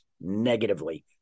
negatively